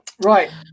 Right